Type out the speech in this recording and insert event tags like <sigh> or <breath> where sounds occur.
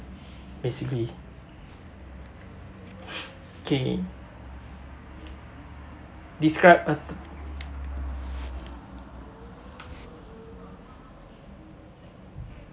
basically <breath> okay describe a